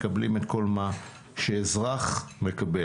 מקבלים את כל מה שאזרח מקבל.